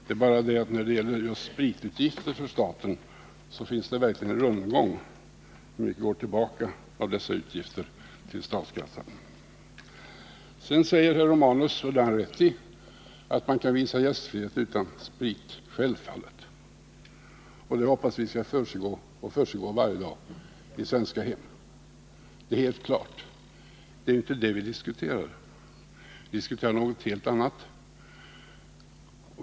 Det är bara det att när det gäller just spritutgifter för staten, så är det verkligen en rundgång, med tanke på vad som går tillbaka till statskassan av dessa utgifter. Herr Romanus har rätt när han säger att man kan visa gästfrihet utan sprit — självfallet! Det hoppas jag skall försiggå varje dag i svenska hem. Det är inte det vi diskuterar — det är någonting helt annat.